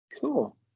cool